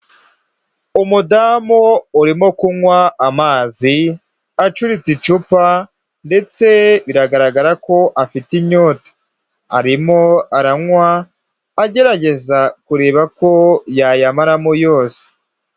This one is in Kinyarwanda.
Umudamu urimo kunywa amazi acuritse icupa ndetse biragaragara ko afite inyota, arimo aranywa agerageza kureba ko yayamaramo yose.